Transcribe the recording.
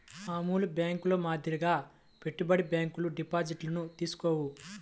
మామూలు బ్యేంకుల మాదిరిగా పెట్టుబడి బ్యాంకులు డిపాజిట్లను తీసుకోవు